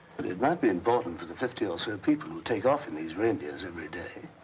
but it might be important for the fifty or so people who take off in these reindeers every day.